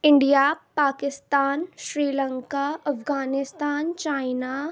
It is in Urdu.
India Pakistan Sri Lanka Afghanistan China